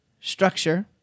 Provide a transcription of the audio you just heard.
structure